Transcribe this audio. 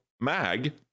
Mag